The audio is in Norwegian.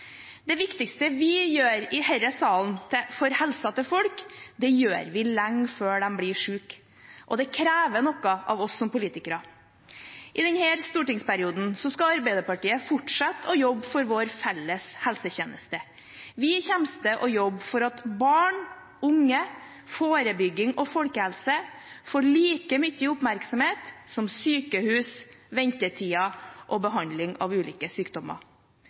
Det viktigste vi gjør i denne salen for helsen til folk, gjør vi lenge før de blir syke, og det krever noe av oss som politikere. I denne stortingsperioden skal Arbeiderpartiet fortsette å jobbe for vår felles helsetjeneste. Vi kommer til å jobbe for at barn, unge, forebygging og folkehelse får like mye oppmerksomhet som sykehus, ventetider og behandling av ulike sykdommer.